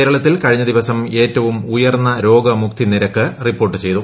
കേരളത്തിൽ കഴിഞ്ഞദിവസം ഏറ്റവും ഉയർന്ന രോഗമുക്തി നിരക്ക് റിപ്പോർട്ടുചെയ്തു